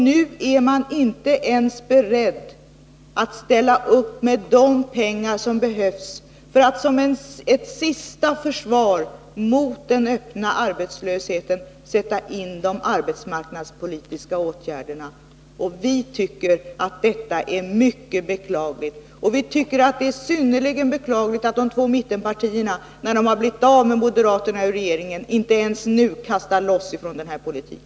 Nu är man inte ens beredd att ställa upp med de pengar som behövs för att som ett sista försvar mot den öppna arbetslösheten sätta in de arbetsmarknadspolitiska åtgärderna. Vi tycker att detta är mycket beklagligt. Vi tycker också det är synnerligen beklagligt att de två mittenpartierna, när de nu blivit av med moderaterna ur regeringen, inte ens då kastar loss från denna politik.